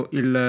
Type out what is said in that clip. il